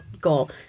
goal